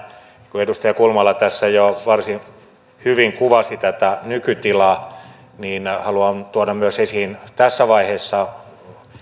kun edustaja kulmala tässä jo varsin hyvin kuvasi tätä nykytilaa niin haluan tuoda myös esiin tässä vaiheessa